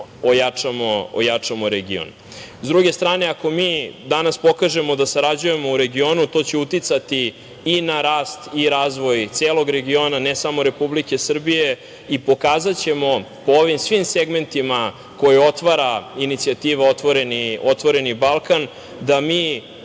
ojačamo region.S druge strane, ako mi danas pokažemo da sarađujemo u regionu, to će uticati i na rast i razvoj celog regiona ne samo Republike Srbije i pokazaćemo po ovim svim segmentima koje otvara inicijativa „otvoreni Balkan“ da mi